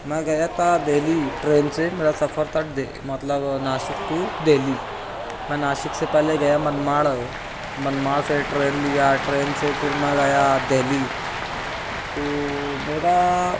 میں گیا تھا دہلی ٹرین سے میرا سفر تھا مطلب ناسک ٹو دہلی میں ناسک سے پہلے گیا منماڑ منماڑ سے ٹرین لیا ٹرین سے پھر میں گیا دہلی تو میرا